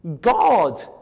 God